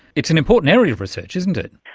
it's an important area of research, isn't it.